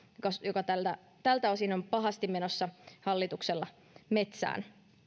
joka tältä osin on pahasti menossa hallituksella metsään